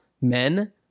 men